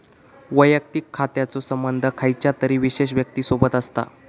वैयक्तिक खात्याचो संबंध खयच्या तरी विशेष व्यक्तिसोबत असता